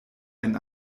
ein